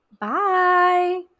Bye